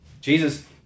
Jesus